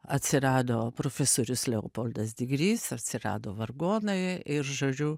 atsirado profesorius leopoldas digrys atsirado vargonai ir žodžiu